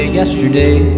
yesterday